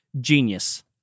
genius